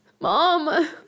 mom